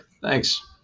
Thanks